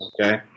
Okay